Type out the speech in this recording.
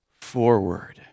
forward